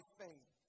faith